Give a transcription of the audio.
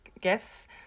gifts